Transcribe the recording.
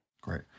Great